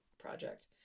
project